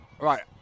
Right